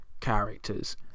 characters